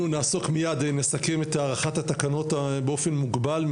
אנחנו נסכם את הארכת התקנות באופן מוגבל.